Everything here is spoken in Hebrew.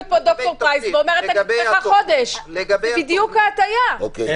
פה דוקטור פרייס ואומרת שהיא מבקשת סגירה לחודש,